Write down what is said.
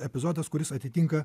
epizodas kuris atitinka